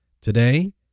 Today